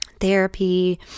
therapy